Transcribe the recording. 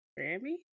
Grammys